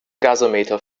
gasometer